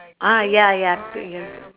ah ya ya you have to